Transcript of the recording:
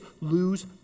lose